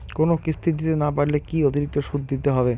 কোনো কিস্তি দিতে না পারলে কি অতিরিক্ত সুদ দিতে হবে?